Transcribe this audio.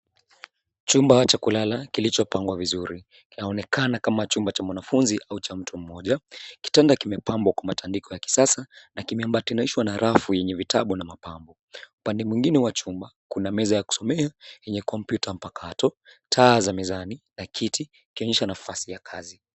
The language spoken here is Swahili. Chumba cha kulala kilichopangwa vizuri. Inaonekana kama chumba cha mwanafunzi au cha mtu mmoja. Kitanda kimepambwa kwa matandiko ya kisasa na kimebatanishwa na rafu yenye vitabu na mapambo. Upande mwingine wa chumba kuna meza ya kusomea yenye kompyuta mpakato. Taa za mezani na kiti ikionyesha nafasi ya kazi.